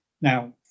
Now